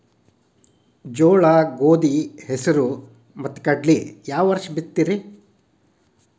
ಜೋಳ, ಗೋಧಿ, ಹೆಸರು, ಕಡ್ಲಿನ ಯಾವ ವರ್ಷ ಬಿತ್ತತಿರಿ?